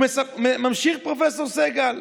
וממשיך פרופ' סגל: